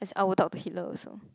I would talk to Hitler also